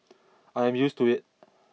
I'm used to it